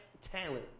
talent